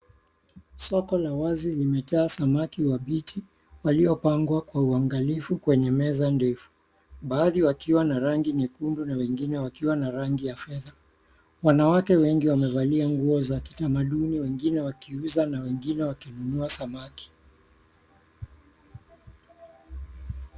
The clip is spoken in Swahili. Soko la wazi limejaa samaki wabichi waliopangwa kwa uangalifu kwenye meza ndefu, baadhi ya wakiwa na rangi nyekundu na wengine wakiwa na rangi ya fedha. Wanawake wengi wamevalia nguo za kitamaduni wengine wakiuza na wengine wakinunua samaki.